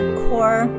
core